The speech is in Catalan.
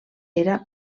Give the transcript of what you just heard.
era